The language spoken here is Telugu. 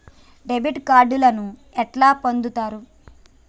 క్రెడిట్ కార్డులను ఎట్లా పొందుతరు?